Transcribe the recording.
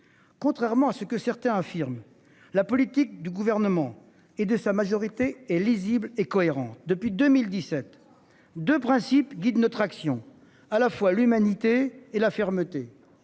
Contrairement à ce que certains affirment la politique du gouvernement et de sa majorité et lisible et cohérent depuis 2017 2 principes guident notre action à la fois l'humanité et la fermeté.